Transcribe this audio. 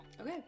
Okay